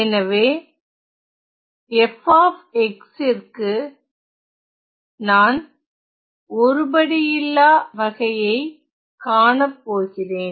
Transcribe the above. எனவே f ற்கு நான் ஒருபடுயில்லா வகையை காணப்போகிறேன்